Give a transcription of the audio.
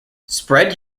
spread